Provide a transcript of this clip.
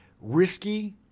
risky